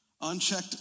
unchecked